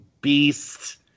beast